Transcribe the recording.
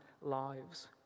lives